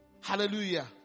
Hallelujah